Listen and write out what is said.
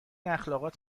اخلاقات